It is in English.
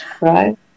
right